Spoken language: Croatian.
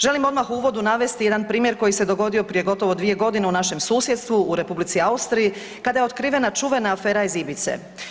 Želim odmah u uvodu navesti jedan primjer koji se dogodio prije gotovo 2 godine u našem susjedstvu, u R. Austriji kada je otkrivena čuvena afera iz Ibize.